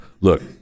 Look